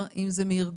להגיע להבנות והסכמות.